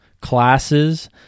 classes